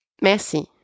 Merci